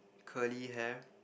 curly hair